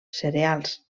cereals